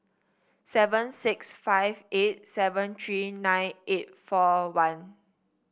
seven six five eight seven three nine eight four one